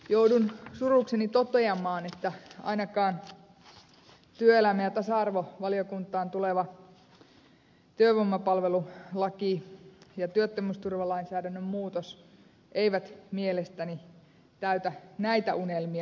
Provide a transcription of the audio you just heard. joudun surukseni toteamaan että ainakaan työelämä ja tasa arvovaliokuntaan tuleva työvoimapalvelulaki ja työttömyysturvalainsäädännön muutos eivät mielestäni täytä näitä unelmia